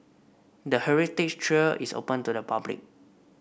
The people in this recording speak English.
the heritage trail is open to the public